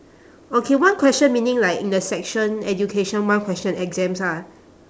okay one question meaning like in the section education one question exams ah